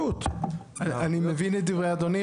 אני מבין את דברי אדוני.